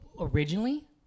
originally